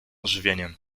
ożywieniem